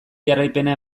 jarraipena